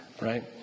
Right